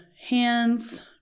hands